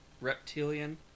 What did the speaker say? reptilian